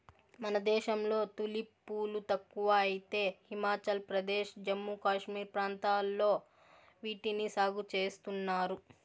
మన దేశంలో తులిప్ పూలు తక్కువ అయితే హిమాచల్ ప్రదేశ్, జమ్మూ కాశ్మీర్ ప్రాంతాలలో వీటిని సాగు చేస్తున్నారు